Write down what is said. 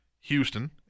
Houston